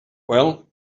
well